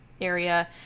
area